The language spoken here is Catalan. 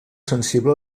sensible